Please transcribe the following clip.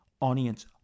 audience